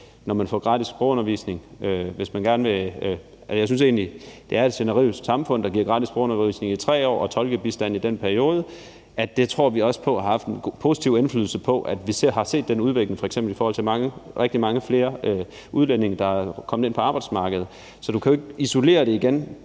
når man får gratis sprogundervisning. Jeg synes egentlig, det er et generøst samfund, der giver gratis sprogundervisning i 3 år og tolkebistand i den periode, og det tror vi også på har haft en positiv indflydelse. Vi har f.eks. set en positiv udvikling, i forhold til at der er rigtig mange flere udlændinge, der er kommet ind på arbejdsmarkedet. Så igen vil jeg sige,